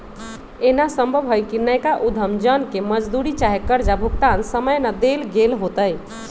एना संभव हइ कि नयका उद्यम जन के मजदूरी चाहे कर्जा भुगतान समय न देल गेल होतइ